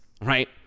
right